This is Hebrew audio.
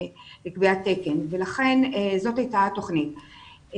לכן זאת הייתה התוכנית.